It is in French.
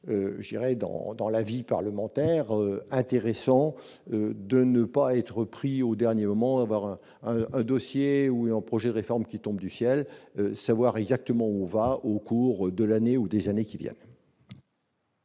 je dirais dans dans la vie parlementaire intéressant de ne pas être pris au dernier moment, avoir un dossier où est en projet de réforme qui tombe du ciel, savoir exactement où on va, au cours de l'année ou des années qui viennent.